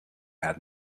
had